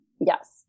Yes